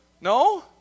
No